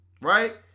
Right